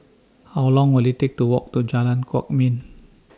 How Long Will IT Take to Walk to Jalan Kwok Min